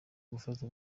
gufata